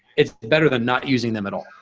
it's better than not using them at all.